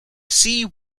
see